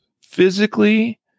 physically